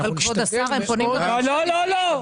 אנחנו נשתדל מאוד --- אבל,